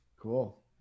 cool